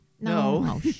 no